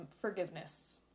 forgiveness